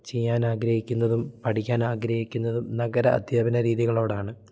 ചെയ്യാൻ ആഗ്രഹിക്കുന്നതും പഠിക്കാൻ ആഗ്രഹിക്കുന്നതും നഗര അധ്യാപന രീതികളോടാണ്